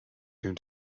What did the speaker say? soon